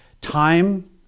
time